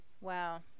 wow